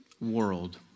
world